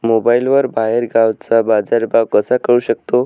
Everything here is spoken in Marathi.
मोबाईलवर बाहेरगावचा बाजारभाव कसा कळू शकतो?